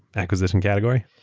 acquisition category?